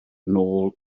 nôl